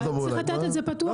צריך לתת את זה פתוח לכולם.